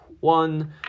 one